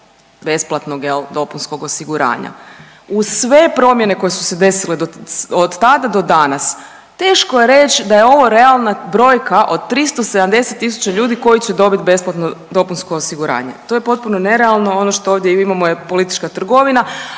besplatnog jel dopunskog osiguranja. Uz sve promjene koje su se desile od tada do danas teško je reć da je ovo realna brojka od 370 tisuća ljudi koji će dobit besplatno dopunsko osiguranje, to je potpuno nerealno, ono što ovdje imamo je politička trgovina,